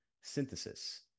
synthesis